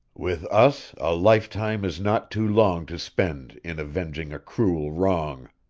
with us a lifetime is not too long to spend in avenging a cruel wrong.